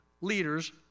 leaders